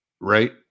Right